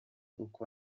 uko